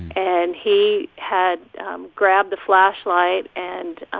and he had grabbed the flashlight and